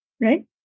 right